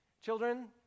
Children